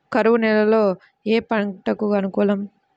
కరువు నేలలో ఏ పంటకు అనుకూలం?